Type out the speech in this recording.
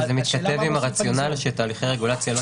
זה מתכתב עם הרציונל שתהליכי רגולציה לא